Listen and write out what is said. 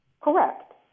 Correct